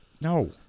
No